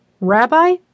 Rabbi